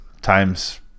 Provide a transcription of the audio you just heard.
times